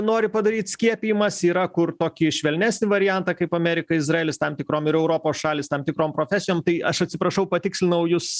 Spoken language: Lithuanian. nori padaryt skiepijimas yra kur tokį švelnesnį variantą kaip amerika izraelis tam tikrom ir europos šalys tam tikrom profesijom tai aš atsiprašau patikslinau jus